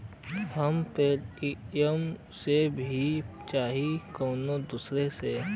हम पेटीएम से भेजीं चाहे कउनो दूसरे से